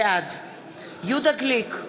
בעד יהודה גליק,